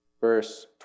verse